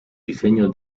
diseño